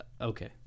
okay